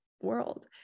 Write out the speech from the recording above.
world